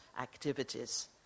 activities